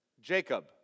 Jacob